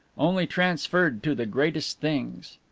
only transferred to the greatest things.